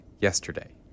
yesterday